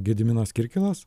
gediminas kirkilas